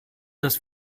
dass